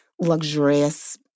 luxurious